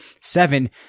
seven